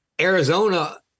Arizona